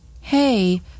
Hey